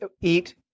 eat